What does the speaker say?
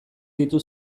ditu